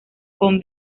con